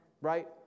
Right